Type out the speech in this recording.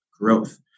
growth